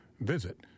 Visit